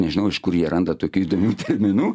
nežinau iš kur jie randa tokių įdomių terminų